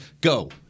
Go